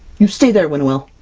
you stay there winnowill!